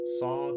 saw